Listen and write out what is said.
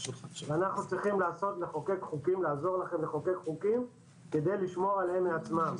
אנחנו צריכים לעזור לכם לחוקק חוקים כדי לשמור עליהם מעצמם,